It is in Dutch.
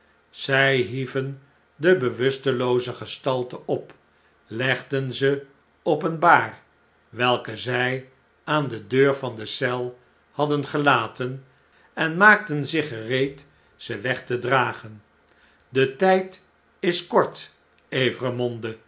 zij hieven de bewustelooze gestalte op legden ze op een baar welke zij aan de deur van de eel hadden gelaten en maakten zich gereed ze weg te dragen de tjjd is